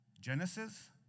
Genesis